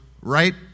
right